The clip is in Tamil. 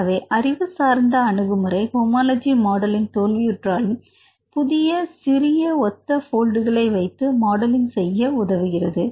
ஆகவே அறிவு சார்ந்த அணுகுமுறை ஹோமோலஜி மாடலிங் தோல்வியுற்றாலும் புதிய சிறிய ஒத்த போல்டுகளை வைத்து மாடலிங் செய்ய உதவுகிறது